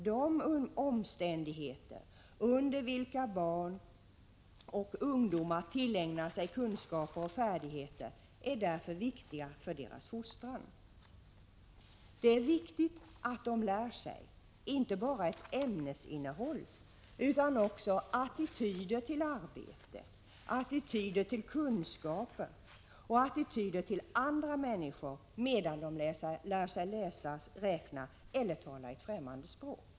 De omständigheter under vilka barn och ungdomar tillägnar sig kunskaper och färdigheter är därför viktiga för deras fostran.” Det är viktigt att de lär sig — inte bara ett ämnesinnehåll, utan också attityder till arbete, attityder till kunskap och attityder till andra människor medan de lär sig läsa, räkna eller tala ett främmande språk.